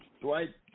Dwight